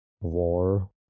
war